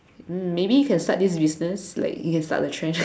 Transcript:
mm maybe you can start this business like you can start the trend